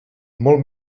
molt